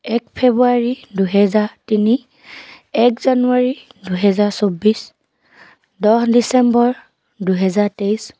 এক ফেব্ৰুৱাৰী দুহেজাৰ তিনি এক জানুৱাৰী দুহেজাৰ চৌব্বিছ দহ ডিচেম্বৰ দুহেজাৰ তেইছ